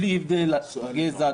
בלי הבדל גזע,